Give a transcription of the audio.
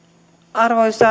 arvoisa